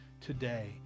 today